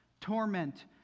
torment